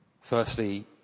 Firstly